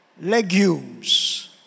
Legumes